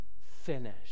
finish